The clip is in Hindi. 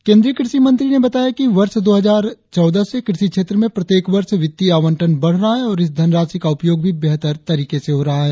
केंद्रीय कृषि मंत्री ने बताया कि वर्ष दो हजार चौदह से कृषि क्षेत्र में प्रत्येक वर्ष वित्तीय आवंटन बढ़ रहा है और इस धनराशि का उपयोग भी बेहतर तरीके से हो रहा है